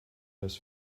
das